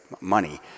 money